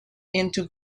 into